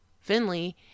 Finley